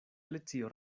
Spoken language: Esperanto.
alicio